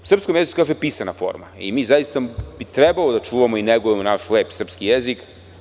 U srpskom jeziku se kaže – pisana forma i zaista bi trebalo da čuvamo i negujemo naš lep srpski jezik.